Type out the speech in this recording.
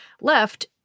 left